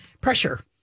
pressure